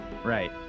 Right